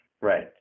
Right